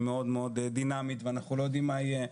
מאוד מאוד דינמית ואנחנו לא יודעים מה יהיה,